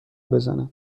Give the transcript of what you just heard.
بزند